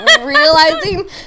realizing